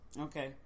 Okay